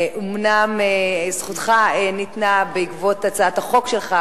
אומנם זכותך ניתנה בעקבות הצעת החוק שלך,